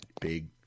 big